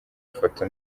ifoto